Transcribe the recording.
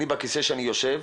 אני בכיסא שאני יושב,